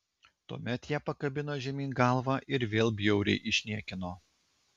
tuomet ją pakabino žemyn galva ir vėl bjauriai išniekino